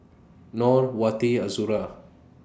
Nor Wati Azura